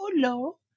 hello